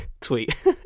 Tweet